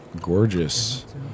gorgeous